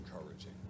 encouraging